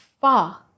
far